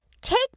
Take